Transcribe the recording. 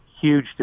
huge